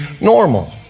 normal